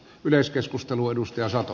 arvoisa puhemies